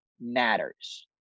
matters